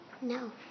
No